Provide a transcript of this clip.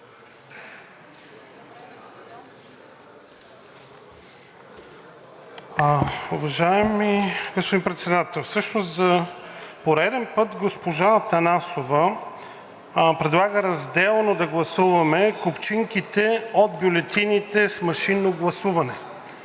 Уважаеми господин Председателстващ! За пореден път госпожа Атанасова предлага разделно да гласуваме купчинките от бюлетините с машинно гласуване,